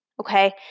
Okay